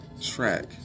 track